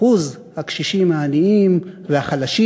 אחוז הקשישים העניים והחלשים